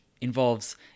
involves